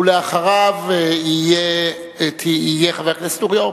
ואחריו יהיה חבר הכנסת אורי אורבך.